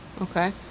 Okay